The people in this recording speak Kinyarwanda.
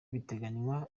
biteganywa